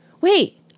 wait